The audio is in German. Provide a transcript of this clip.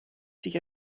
sich